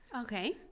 Okay